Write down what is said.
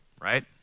right